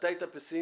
אתה היית פסימי,